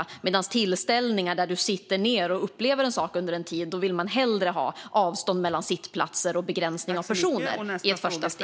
När det gäller tillställningar där människor sitter ned och upplever en sak under en tid vill man hellre ha avstånd mellan sittplatser och begränsning av antalet personer i ett första steg.